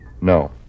No